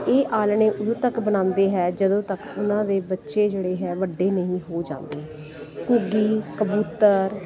ਇਹ ਆਲਣੇ ਉਦੋਂ ਤੱਕ ਬਣਾਉਂਦੇ ਹੈ ਜਦੋਂ ਤੱਕ ਉਹਨਾਂ ਦੇ ਬੱਚੇ ਜਿਹੜੇ ਹੈ ਵੱਡੇ ਨਹੀਂ ਹੋ ਜਾਂਦੇ ਘੁੱਗੀ ਕਬੂਤਰ